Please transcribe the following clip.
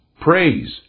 praise